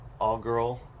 all-girl